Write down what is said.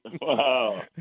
Wow